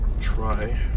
Try